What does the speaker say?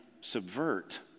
subvert